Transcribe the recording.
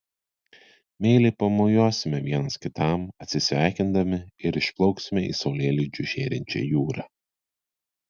meiliai pamojuosime vienas kitam atsisveikindami ir išplauksime į saulėlydžiu žėrinčią jūrą